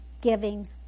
giving